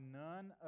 none